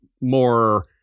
more